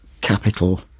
Capital